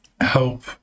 help